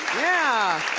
yeah!